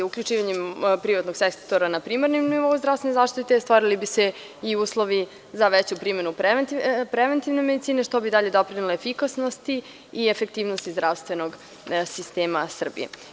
Uključivanjem privatnog sektora na primarnom nivou zdravstvene zaštite stvorili bi se i uslovi za veću primenu preventivne medicine, što bi dalje doprinelo efikasnosti i efektivnosti zdravstvenog sistema Srbije.